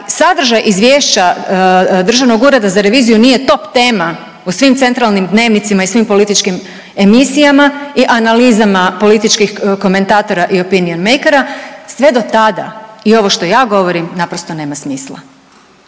sadržaj izvješća Državnog ureda za reviziju nije top tema u svim centralnim dnevnicima i svim političkim emisijama i analizama političkih komentatora european mackera sve do tada i ovo što ja govorim, naprosto nema smisla.